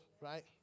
right